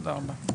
תודה רבה.